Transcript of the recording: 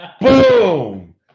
Boom